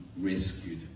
rescued